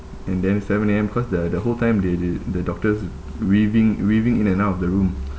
and then seven A_M cause the the whole time they the the doctors weaving weaving in and out of the room